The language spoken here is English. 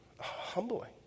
Humbling